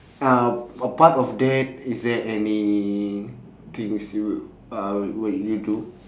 uh apart of that is there anythings you would uh would you do